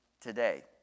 today